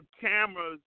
cameras